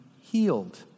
healed